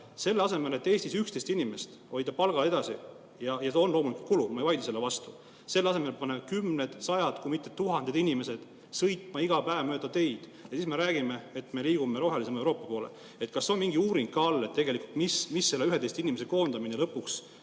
Selle asemel, et hoida Eestis 11 inimest palgal edasi – see on loomulikult kulu, ma ei vaidle vastu –, pannakse kümned, sajad kui mitte tuhanded inimesed sõitma iga päev mööda teid ja siis me räägime, et liigume rohelisema Euroopa poole. Kas on mingi uuring ka all, mis nende 11 inimese koondamine lõpuks